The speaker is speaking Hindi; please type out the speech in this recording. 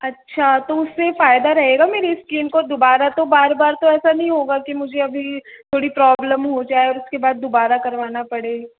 अच्छा तो उससे फ़ायदा रहेगा मेरी स्कीन को दोबारा तो बार बार तो ऐसा नहीं होगा कि मुझे थोड़ी प्रॉब्लम हो जाए और उसके बाद दोबारा करवाना पड़े